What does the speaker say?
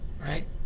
right